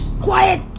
Quiet